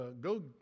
Go